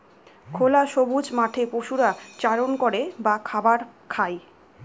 খোলা সবুজ মাঠে পশুরা চারণ করে বা খাবার খায়